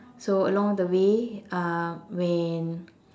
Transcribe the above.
so along the way uh when